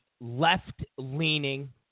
left-leaning